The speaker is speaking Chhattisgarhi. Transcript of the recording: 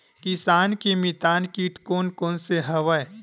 किसान के मितान कीट कोन कोन से हवय?